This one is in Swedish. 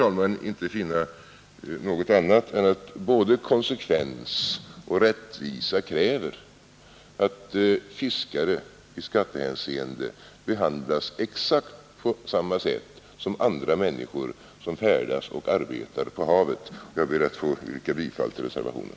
Jag kan inte finna annat än att både konsekvens och rättvisa kräver att fiskare i skattehänseende behandlas exakt på samma sätt som andra människor, som färdas och arbetar på havet, och därför ber jag att få yrka bifall till reservationen.